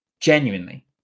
Genuinely